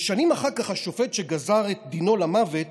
שנים אחר כך השופט שגזר את דינו למוות